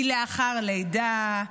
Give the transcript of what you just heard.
היא לאחר לידה,